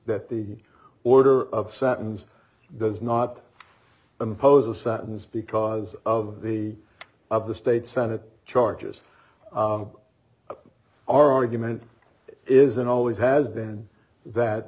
that the order of satins does not impose a sentence because of the of the state senate charges our argument is and always has been that